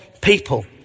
people